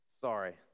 Sorry